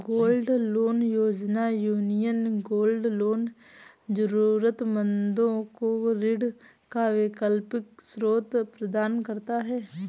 gold loan योजना, Union gold loan जरूरतमंदों को ऋण का वैकल्पिक स्रोत प्रदान करता है